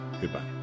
goodbye